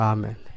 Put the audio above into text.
Amen